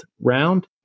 round